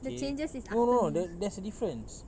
okay no no no the there's a difference